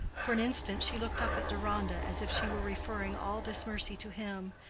for an instant she looked up at deronda, as if she were referring all this mercy to him,